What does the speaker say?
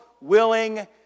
willing